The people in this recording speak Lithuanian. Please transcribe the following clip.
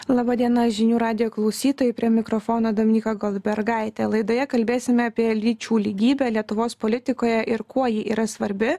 laba diena žinių radijo klausytojai prie mikrofono dominyka goldbergaitė laidoje kalbėsime apie lyčių lygybę lietuvos politikoje ir kuo ji yra svarbi